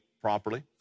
properly